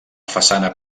façana